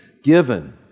Given